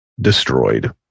destroyed